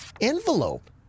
envelope